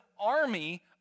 army